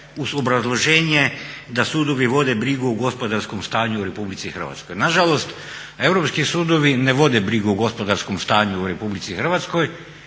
uz obrazloženje da sudovi vode brigu o gospodarskom stanju u Republici Hrvatskoj. Nažalost, europski sudovi ne vode brigu o gospodarskom stanju u Republici Hrvatskoj